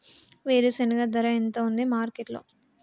వేరుశెనగ ధర ఎంత ఉంది మార్కెట్ లో?